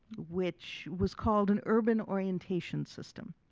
which was called an urban orientation system.